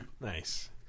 Nice